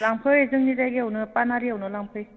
लांफै जोंनि जायगायावनो पानेरियावनो लांफै